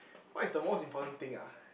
what is the most important thing ah